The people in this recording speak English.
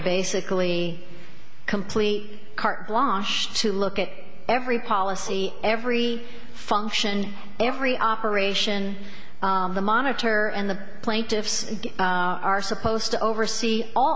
basically completely carte blash to look at every policy every function every operation of the monitor and the plaintiffs are supposed to oversee all